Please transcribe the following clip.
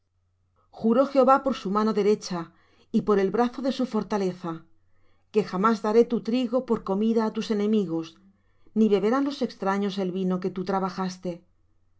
juró jehová por su mano derecha y por el brazo de su fortaleza que jamás daré tu trigo por comida á tus enemigos ni beberán los extraños el vino que tú trabajaste